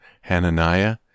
Hananiah